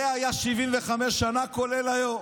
זה היה 75 שנה, כולל היום.